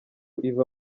iva